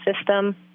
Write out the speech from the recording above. system